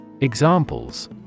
Examples